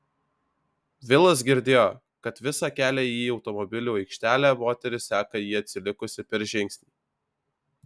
vilas girdėjo kad visą kelią į automobilių aikštelę moteris seka jį atsilikusi per žingsnį